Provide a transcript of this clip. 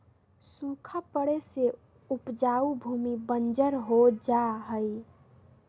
सूखा पड़े से उपजाऊ भूमि बंजर हो जा हई